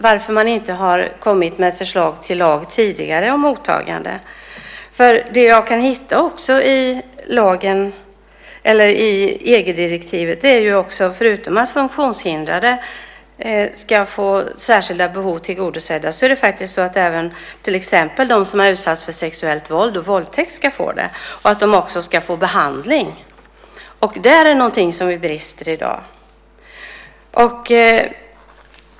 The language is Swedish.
Varför har man inte kommit med förslag till lag om mottagande tidigare? Det jag kan hitta i EG-direktivet är, förutom att funktionshindrade ska få särskilda behov tillgodosedda, att även till exempel de som har utsatts för sexuellt våld och våldtäkt ska få sina behov tillgodosedda. De ska också få behandling. Där är det någonting som brister i dag.